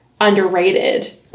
underrated